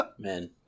Man